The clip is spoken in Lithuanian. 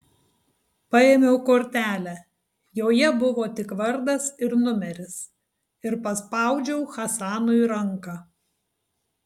paėmiau kortelę joje buvo tik vardas ir numeris ir paspaudžiau hasanui ranką